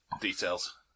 details